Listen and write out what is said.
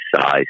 size